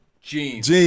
jeans